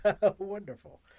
Wonderful